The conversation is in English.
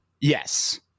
Yes